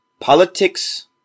Politics